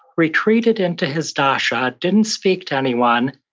retreated into his dasha. didn't speak to anyone,